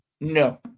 No